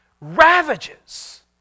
ravages